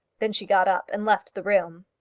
then she got up and left the room.